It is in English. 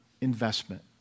investment